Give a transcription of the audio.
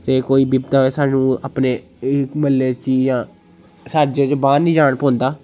ते कोई बिपता होऐ सानूं अपने म्हल्ले च ही इ'यां साड्डे जेह्ड़े बाह्र नी जान पौंदा